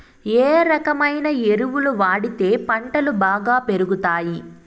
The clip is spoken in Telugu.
ఏ రకమైన ఎరువులు వాడితే పంటలు బాగా పెరుగుతాయి?